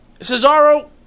Cesaro